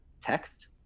text